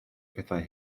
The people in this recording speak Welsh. pethau